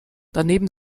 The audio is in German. daneben